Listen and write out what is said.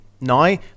Now